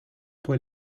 poi